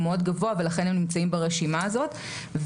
מאוד גבוה ולכן הם נמצאים ברשימה הזאת.